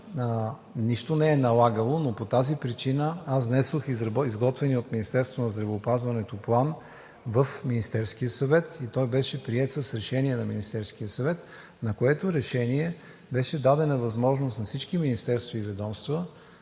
в тези категории. По тази причина аз внесох изготвения от Министерството на здравеопазването план в Министерския съвет и той беше приет с решение на Министерския съвет, с което решение беше дадена възможност на всички министерства и ведомства,